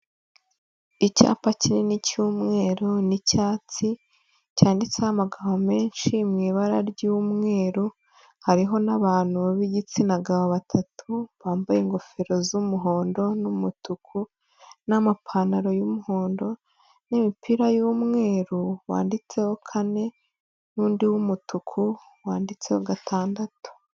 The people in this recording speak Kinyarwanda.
Icyapa kinini cy'umweru n'icyatsi cyanditseho amagambo menshi mu ibara ry'umweru, hariho n'abantu b'igitsina gabo batatu bambaye ingofero z'umuhondo n'umutuku n'amapantaro y'umuhondo n'imipira y'umweru wanditseho kane n'undi w'umutuku wanditseho gatandatu.